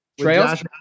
Trails